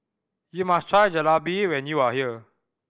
you must try Jalebi when you are here